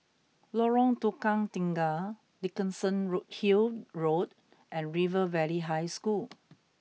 Lorong Tukang Tiga Dickenson road Hill Road and River Valley High School